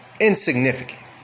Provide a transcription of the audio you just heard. insignificant